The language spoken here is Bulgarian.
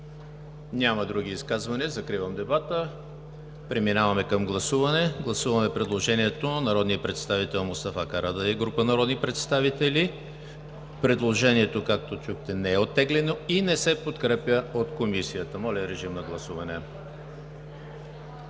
Други изказвания? Няма. Закривам дебата. Преминаваме към гласуване. Гласуваме предложението на народния представител Мустафа Карадайъ и група народни представители. Предложението, както чухте, не е оттеглено и не се подкрепя от Комисията. Гласували